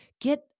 Get